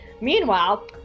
Meanwhile